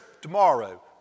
tomorrow